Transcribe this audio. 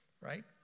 right